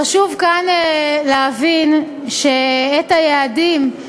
חשוב כאן להבין שאת היעדים,